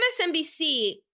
MSNBC